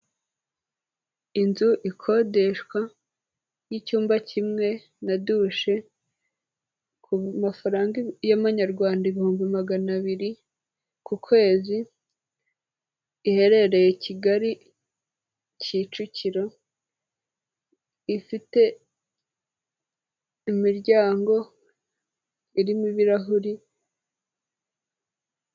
Inzu ikodeshwa, y'icyumba kimwe na dushe, ku mafaranaga y'amanyarwanda ibihumbi magana abiri, ku kwezi, iherereye i Kigali, Kicukiro, ifite imiryango irimo ibirahuri.